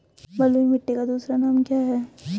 बलुई मिट्टी का दूसरा नाम क्या है?